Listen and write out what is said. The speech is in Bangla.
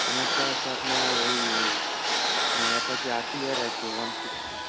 আমার তো আছে আপনার এই অ্যাপাচে আর টি আর আছে ওয়ান সিক্সটি